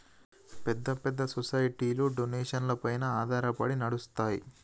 పెద్ద పెద్ద సొసైటీలు డొనేషన్లపైన ఆధారపడి నడుస్తాయి